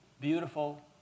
beautiful